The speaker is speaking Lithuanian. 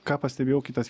ką pastebėjau kitas